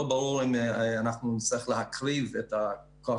לא ברור אם אנחנו נצטרך להקריב את הכוח